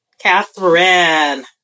Catherine